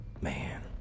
Man